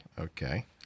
Okay